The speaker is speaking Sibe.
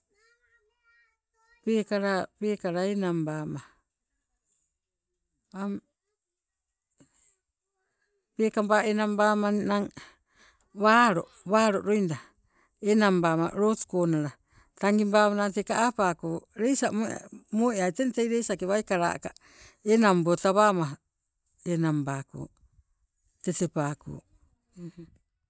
peekala, peekala enangbama peekaba enang bama ninang walo, walo loida enang bama lotu konala tangi bawana teka apako leisa moeai teng tei waikala aka enangbama tetepaako.